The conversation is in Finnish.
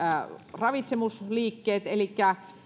ravitsemusliikkeet elikkä